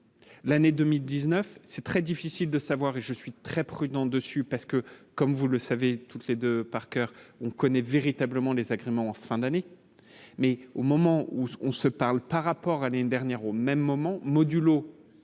l'année 2019, c'est très difficile de savoir, et je suis très prudent dessus parce que, comme vous le savez, toutes les 2 par coeur, on connaît véritablement les sacrements en fin d'année, mais au moment où ce qu'on se parle par rapport à l'année dernière au même moment, modulo